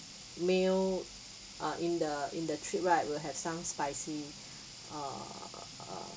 meal uh in the in the trip right will have some spicy err